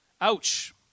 Ouch